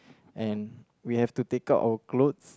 and we have to take out our clothes